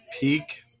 peak